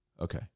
Okay